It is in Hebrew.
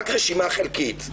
רק רשימה חלקית: